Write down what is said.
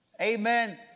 Amen